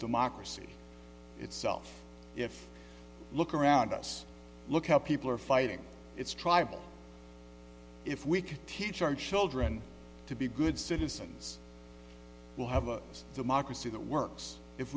democracy itself if you look around us look how people are fighting it's tribal if we can teach our children to be good citizens we'll have a democracy that works if